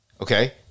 Okay